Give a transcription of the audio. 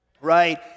Right